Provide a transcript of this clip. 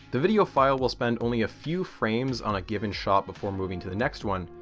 the video file will spend only a few frames on a given shot before moving to the next one,